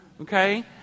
okay